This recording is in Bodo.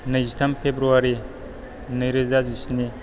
नैजिथाम फेब्रुवारि नै रोजा जिस्नि